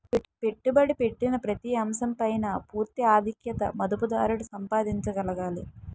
పెట్టుబడి పెట్టిన ప్రతి అంశం పైన పూర్తి ఆధిక్యత మదుపుదారుడు సంపాదించగలగాలి